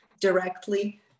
directly